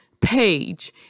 page